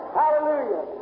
hallelujah